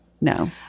no